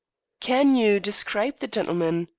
can you describe the gentleman?